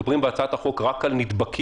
שבהצעת החוק אנחנו דנים רק על נדבקים